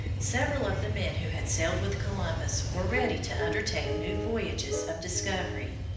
several of the men who had sailed with columbus were ready to undertake new voyages of discovery.